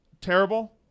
terrible